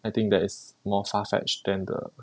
I think that is more far-fetched than the